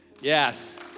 yes